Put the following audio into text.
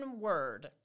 word